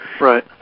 Right